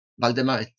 Valdemar